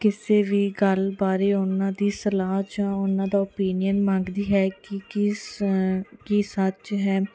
ਕਿਸੇ ਵੀ ਗੱਲ ਬਾਰੇ ਉਹਨਾਂ ਦੀ ਸਲਾਹ ਜਾਂ ਉਹਨਾਂ ਦਾ ਓਪੀਨੀਅਨ ਮੰਗਦੀ ਹੈ ਕਿ ਕੀ ਸ ਕੀ ਸੱਚ ਹੈ